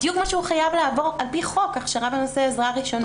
בדיוק כמו שהוא חייב לעבור על פי חוק הכשרה בנושא עזרה ראשונה.